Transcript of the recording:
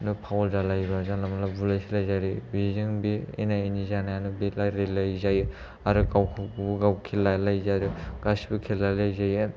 foul जालायोबा जानला मानला बुलाय सुलाय जालायो बेजों बे एना एनि जानानै बे रायज्लायलायि जायो आरो गावखौ गावबागाव खेल लायलायि जायो गासिबो खेल लालायलायि जायो